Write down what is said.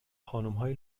خانمهای